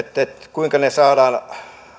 kuinka ne saadaan